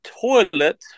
toilet